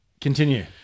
Continue